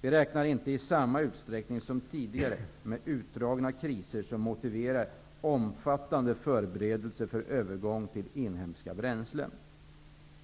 Vi räknar inte i samma utsträckning som tidigare med utdragna kriser som motiverar omfattande förberedelser för övergång till inhemska bränslen.